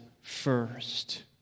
first